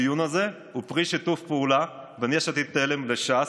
הדיון הזה הוא פרי שיתוף פעולה בין יש עתיד-תל"ם לש"ס.